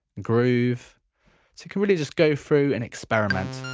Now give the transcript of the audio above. groove so you can really just go through and experiment.